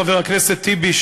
חבר הכנסת טיבי,